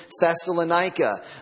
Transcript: Thessalonica